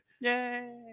Yay